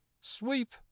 sweep